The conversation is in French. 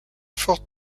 fort